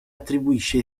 attribuisce